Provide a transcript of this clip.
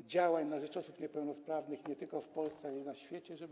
działań na rzecz osób niepełnosprawnych nie tylko w Polsce, ale i na świecie, mogła znowu zaistnieć.